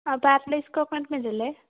ആ pasteurised coconut milk അല്ലെ